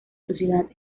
sociedad